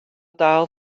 dal